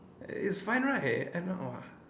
it's fine right